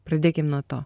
pradėkim nuo to